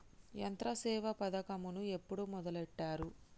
యంత్రసేవ పథకమును ఎప్పుడు మొదలెట్టారు?